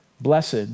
Blessed